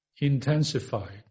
intensified